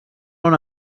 una